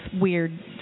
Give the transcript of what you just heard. weird